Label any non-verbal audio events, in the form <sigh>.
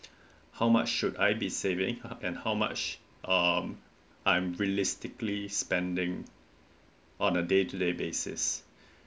<breath> how much should I be saving and how much um I'm realistically spending on the day to day basis <breath>